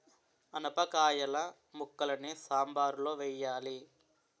ఆనపకాయిల ముక్కలని సాంబారులో వెయ్యాలి